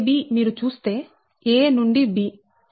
Dab మీరు చూస్తే a నుండి b